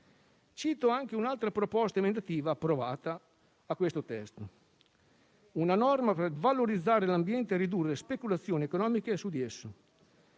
Cito anche un'altra proposta emendativa approvata a questo testo, una norma per valorizzare l'ambiente e ridurre speculazioni economiche su di esso.